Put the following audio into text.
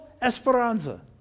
esperanza